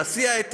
להסיע את